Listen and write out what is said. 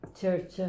church